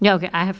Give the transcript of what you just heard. ya okay I have